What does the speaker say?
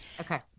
Okay